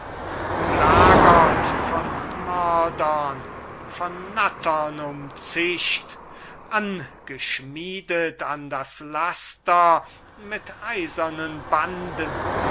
umlagert von mördern von nattern umzischt angeschmiedet an das laster mit eisernen banden